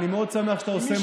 אני מאוד שמח שאתה עושה מהלך,